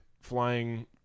flying